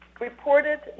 Reported